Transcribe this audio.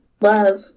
love